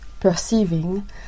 perceiving